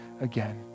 again